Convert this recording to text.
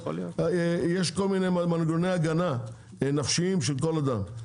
יש כל מיני מנגנוני הגנה נפשיים של כל אדם.